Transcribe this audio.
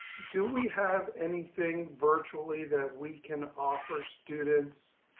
do we have anything virtually that we can offer students